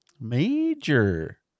Major